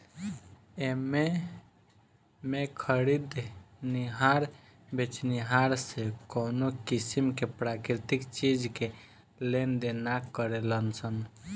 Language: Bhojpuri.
एमें में खरीदनिहार बेचनिहार से कवनो किसीम के प्राकृतिक चीज के लेनदेन ना करेलन सन